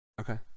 Okay